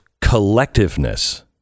collectiveness